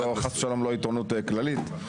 חס ושלום לא עיתונות כללית.